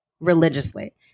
religiously